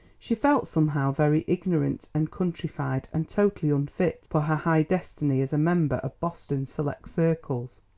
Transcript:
she felt somehow very ignorant and countrified and totally unfit for her high destiny as a member of boston's select circles.